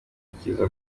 icyiza